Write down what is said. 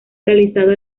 realizado